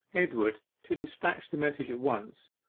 edward, to despatch the message at once,